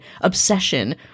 obsession